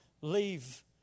leave